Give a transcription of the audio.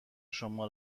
شما